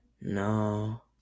No